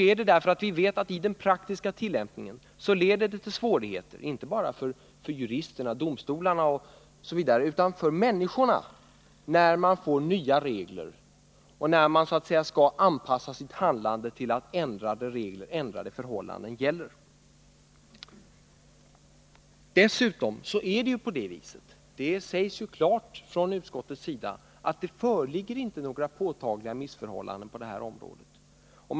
Vi vet att det i den praktiska tillämpningen leder till svårigheter, inte bara för juristerna, domstolarna osv., utan för människorna, när man får nya regler och skall anpassa sitt handlande till att ändrade förhållanden gäller. Dessutom är det på det viset — och det sägs klart av utskottet — att det inte föreligger några påtagliga missförhållanden på området.